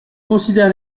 considère